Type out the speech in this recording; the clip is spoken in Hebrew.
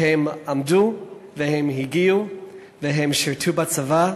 והם עמדו, הם הגיעו, הם שירתו בצבא,